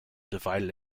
divided